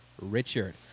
Richard